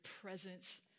presence